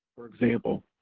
for example,